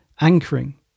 anchoring